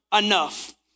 enough